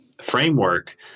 framework